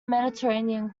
mediterranean